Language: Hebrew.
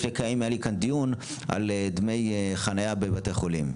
לפני כמה ימים היה לי כאן דיון על דמי חנייה בבתי חולים.